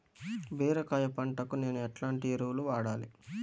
బీరకాయ పంటకు నేను ఎట్లాంటి ఎరువులు వాడాలి?